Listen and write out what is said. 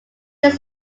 his